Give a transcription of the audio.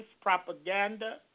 propaganda